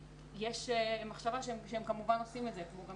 יש מחשבה שהם כמובן עושים את זה כמו גם